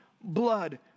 blood